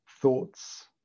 Thoughts